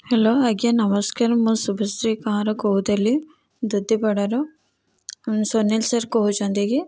hello ଆଜ୍ଞା ନମସ୍କାର ମୁଁ ଶୁଭଶ୍ରୀ କହଁର କହୁଥିଲି ଦୁତିପଡ଼ାରୁ ସୁନୀଲ ସାର୍ କହୁଛନ୍ତି କି